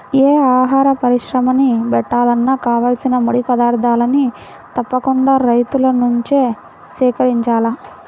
యే ఆహార పరిశ్రమని బెట్టాలన్నా కావాల్సిన ముడి పదార్థాల్ని తప్పకుండా రైతుల నుంచే సేకరించాల